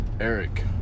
Eric